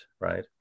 right